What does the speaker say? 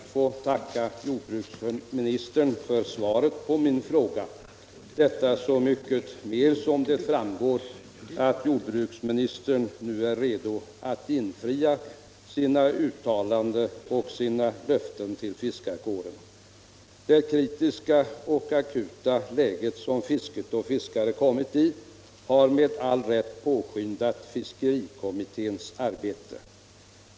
Herr talman! Jag ber att få tacka jordbruksministern för svaret på min fråga — detta så mycket mer som det framgår att jordbruksministern nu är redo att infria sina löften till fiskarkåren. Det kritiska och akuta läge som fisket och fiskarna kommit i har med all rätt påskyndat fiskerikommitténs arbete.